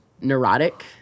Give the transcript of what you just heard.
neurotic